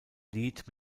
lied